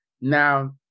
Now